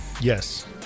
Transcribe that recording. yes